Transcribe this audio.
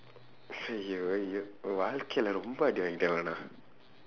ஐயோ ஐயோ வாழ்க்கையில ரொம்ப அடிவாங்கிட்டேன் நான்:aiyoo aiyoo vaazhkkaiyila rompa adivaangkitdeen naan